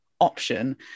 option